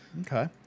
Okay